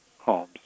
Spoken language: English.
homes